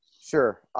Sure